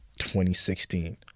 2016